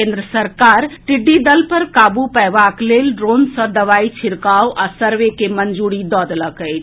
केन्द्र सरकार टिड्डी दल पर काबू पएबाक लेल ड्रोन सॅ दवाई छिड़काव आ सर्वे के मंजूरी दऽ देलक अछि